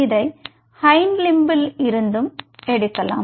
இதை ஹேண்ட் லிம்பில் இருந்தும் எடுக்கலாம்